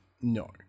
no